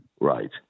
right